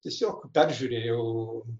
tiesiog peržiūrėjau